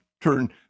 turn